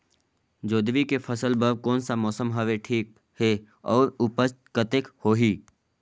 जोंदरी के फसल बर कोन सा मौसम हवे ठीक हे अउर ऊपज कतेक होही?